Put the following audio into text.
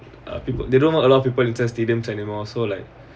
uh people they don't allow people inside stadiums anymore so like